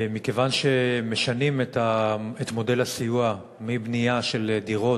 מכיוון שמשנים את מודל הסיוע מבנייה של דירות